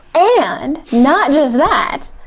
and not just that,